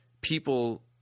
people